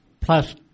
plus